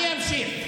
למה לשקר,